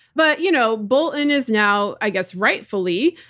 but you know bolton is now, i guess, rightfully,